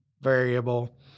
variable